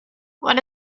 what